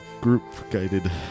group-guided